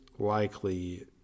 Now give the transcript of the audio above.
Likely